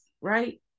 right